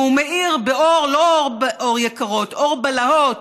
והוא מאיר באור, לא אור יקרות, אור בלהות